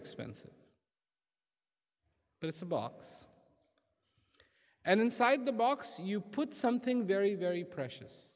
expensive but it's a box and inside the box you put something very very precious